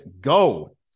go